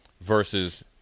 versus